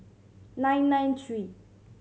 nine nine three